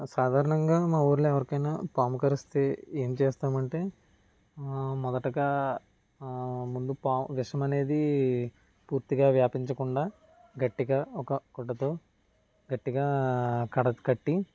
సాధారణంగా మా ఊరిలో ఎవరికైనా పాము కరిస్తే ఏం చేస్తామంటే మొదటగా ఆ ముందు పాము విషం అనేది పూర్తిగా వ్యాపించకుండా గట్టిగా ఒక గుడ్డతో గట్టిగా కట్టి